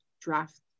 draft